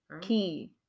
Key